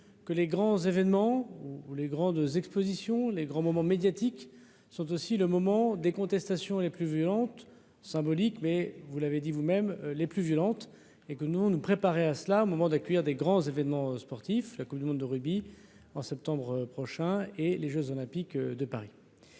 que les grands événements ou les grandes expositions les grands moments médiatiques sont aussi le moment des contestations les plus violentes symbolique mais vous l'avez dit vous- même les plus violentes et que nous nous préparer à cela, au moment d'accueillir des grands événements sportifs, la Coupe du monde de rugby en septembre prochain et les Jeux olympiques de Paris,